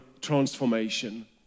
transformation